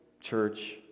church